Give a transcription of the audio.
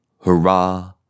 hurrah